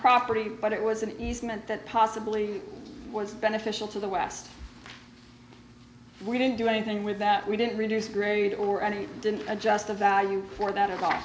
property but it was an easement that possibly was beneficial to the west we didn't do anything with that we didn't reduce grid or any didn't adjust the value for that a